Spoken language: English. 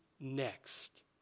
next